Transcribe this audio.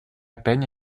peine